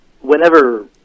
Whenever